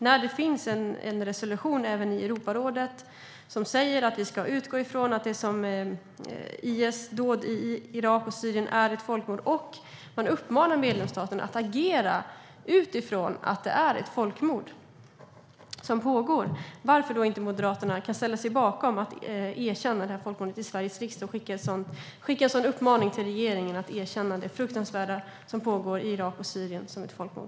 När det finns en resolution även i Europarådet som säger att vi ska utgå från att IS dåd i Irak och Syrien är folkmord och man uppmanar medlemsstaterna att agera utifrån att det är ett folkmord som pågår, varför kan då inte Moderaterna här i Sveriges riksdag ställa sig bakom att erkänna det folkmordet och skicka en uppmaning till regeringen att erkänna det fruktansvärda som pågår i Irak och Syrien som ett folkmord?